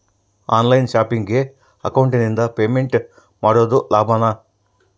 On line ಶಾಪಿಂಗಿಗೆ ಅಕೌಂಟಿಂದ payment ಮಾಡೋದು ಲಾಭಾನ?